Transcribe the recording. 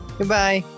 Goodbye